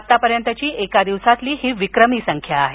आत्तापर्यंतची एका दिवसातील ही विक्रमी संख्या आहे